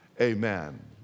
amen